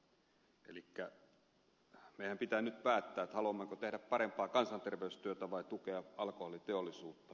meidän pitää nyt päättää haluammeko tehdä parempaa kansanterveystyötä vai tukea alkoholiteollisuutta